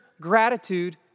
gratitude